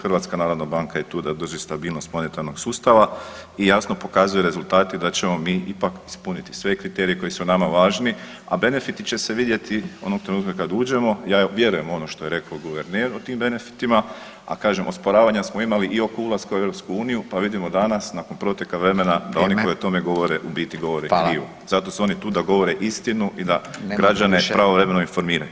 HNB je tu da drži stabilnost monetarnog sustava i jasno pokazuje rezultate da ćemo mi ipak ispuniti sve kriterije koji su nama važni, a benefiti će se vidjeti onog trenutka kad uđemo, ja vjerujem ono što je rekao guverner o tim benefitima, a kažem, osporavanja smo imali i oko ulaska u EU, pa vidimo danas nakon protekla vremena [[Upadica: Vrijeme.]] da oni koji to ne govore, u biti govore krivo [[Upadica: Hvala.]] Zato su oni tu da govore istinu i da građane [[Upadica: Nemate više.]] pravovremeno informiraju.